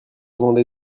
vendez